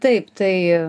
taip tai